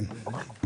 כן.